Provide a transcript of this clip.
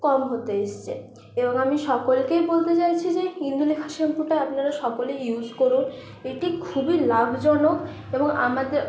কম হতে এসছে এবং আমি সকলকেই বলতে চাইছি যে ইন্দুলেখা শ্যাম্পুটা আপনারা সকলেই ইউস করুন এটি খুবই লাভজনক এবং আমাদের